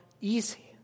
easy